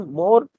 more